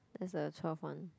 that's the twelve one